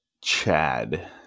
Chad